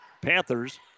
Panthers